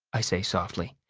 i say softly.